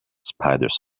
spiders